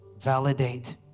validate